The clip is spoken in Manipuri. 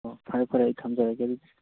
ꯑꯣ ꯐꯔꯦ ꯐꯔꯦ ꯑꯩ ꯊꯝꯖꯔꯒꯦ ꯑꯗꯨꯗꯤ